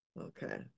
Okay